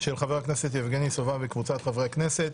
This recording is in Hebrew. של חברת הכנסת יעל רון בן משה וקבוצת חברי הכנסת.